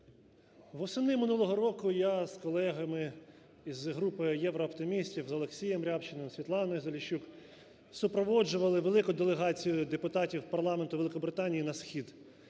Восени минулого року я з колегами із групи "ЄвроОптимістів" з Олексієм Рябчиним, Світланою Заліщук супроводжували велику делегацію депутатів парламенту Великобританії на Схід.